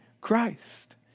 Christ